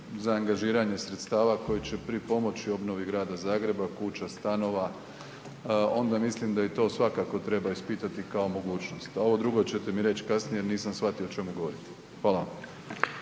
za angažiranje sredstava koji će pripomoći obnovi Grada Zagreba, kuća, stanova, onda mislim da i to svakako treba ispitati kao mogućnost, a ovo drugo ćete mi reći kasnije jer nisam shvatio o čemu govorite. Hvala